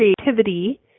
creativity